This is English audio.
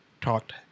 talked